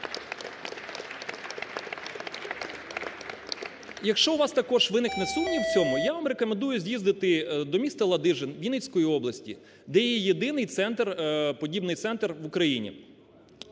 Якщо у вас також виникне сумнів в цьому, я вам рекомендую з'їздити до міста Ладижин Вінницької області, де є єдиний центр, подібний центр в Україні.